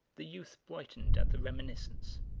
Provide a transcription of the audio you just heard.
the youth brightened at the reminiscence.